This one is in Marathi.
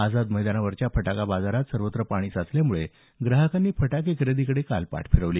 आझाद मैदानावरच्या फटाका बाजारात सर्वत्र पाणी साचल्यामुळे ग्राहकांनी फटाके खरेदीकडे पाठ फिरवली